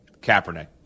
Kaepernick